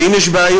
ואם יש בעיות,